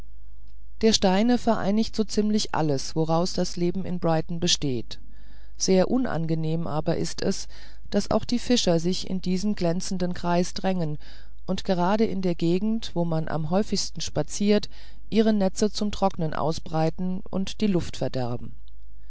der steine vereinigt so ziemlich alles woraus das leben in brighton besteht sehr unangenehm aber ist es daß auch die fischer sich in diesen glänzenden kreis drängen und gerade in der gegend wo man am häufigsten spaziert ihre netze zum trocknen ausbreiten und die luft verderben